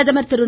பிரதமர் திரு